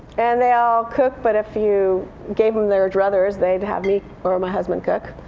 and they all cook, but if you gave them their druthers they'd have me or my husband cook.